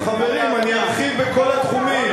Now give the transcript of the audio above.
חברים, אני ארחיב בכל התחומים.